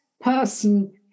person